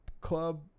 club